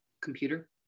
computer